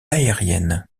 aérienne